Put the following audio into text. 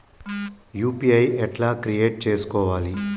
UPI ఎట్లా create చేసుకోవాలి?